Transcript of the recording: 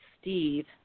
Steve